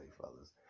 fellas